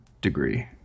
degree